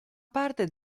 parte